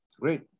great